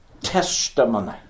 testimony